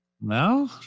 No